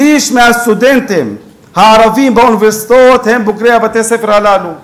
שליש מהסטודנטים הערבים באוניברסיטאות הם בוגרי בתי-הספר הללו,